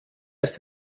ist